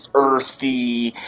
earthy,